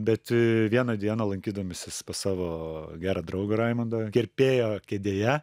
bet vieną dieną lankydamasis pas savo gerą draugą raimundą kirpėjo kėdėje